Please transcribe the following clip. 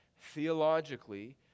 theologically